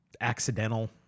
accidental